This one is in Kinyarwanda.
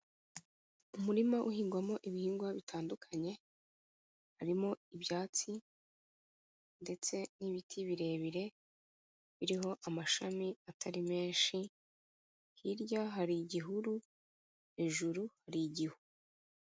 Umurima uhingwamo ibihingwa bitandukanye, harimo ibyatsi ndetse n'ibiti birebire biriho amashami atari menshi. Hirya hari igihuru, hejuru hari igihu.